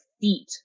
feet